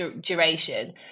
duration